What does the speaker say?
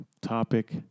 Topic